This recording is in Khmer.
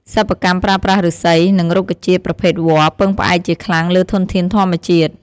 សិប្បកម្មប្រើប្រាស់ឫស្សី និងរុក្ខជាតិប្រភេទវល្លិពឹងផ្អែកជាខ្លាំងលើធនធានធម្មជាតិ។